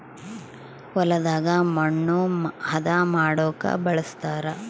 ಹೊಲದಾಗ ಮಣ್ಣು ಹದ ಮಾಡೊಕ ಬಳಸ್ತಾರ